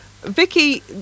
Vicky